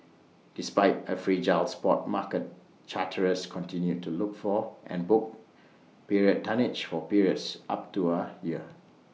despite A fragile spot market charterers continued to look for and book period tonnage for periods up to A year